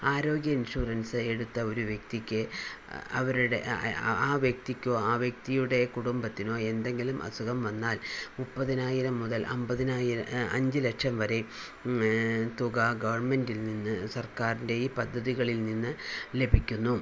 ആരോഗ്യ ഇൻഷുറൻസ് എടുത്ത ഒരു വ്യക്തിക്ക് അവരുടെ ആ വ്യക്തിക്കോ ആ വ്യക്തിയുടെ കുടുംബത്തിനോ എന്തെങ്കിലുംഅസുഖം വന്നാൽ മുപ്പതിനായിരം മുതൽ അമ്പതിനായിരം അഞ്ച് ലക്ഷം വരെ തുക ഗവൺമെൻ്റിൽ നിന്ന് സർക്കാരിൻ്റെ ഈ പദ്ധതികളിൽ നിന്ന് ലഭിക്കുന്നു